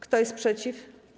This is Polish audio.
Kto jest przeciw?